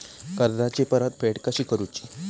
कर्जाची परतफेड कशी करुची?